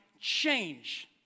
change